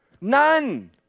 none